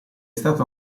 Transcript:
stata